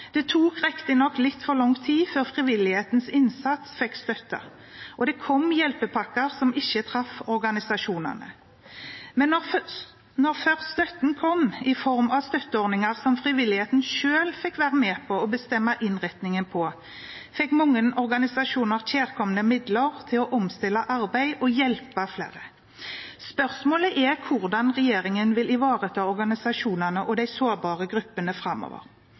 Det tok riktignok litt for lang tid før frivillighetens innsats fikk støtte, og det kom hjelpepakker som ikke traff organisasjonene. Men når støtten først kom, i form av støtteordninger som frivilligheten selv fikk være med å bestemme innretningen på, fikk mange organisasjoner kjærkomne midler til å omstille arbeidet og hjelpe flere. Spørsmålet er hvordan regjeringen vil ivareta organisasjonene og de sårbare gruppene framover.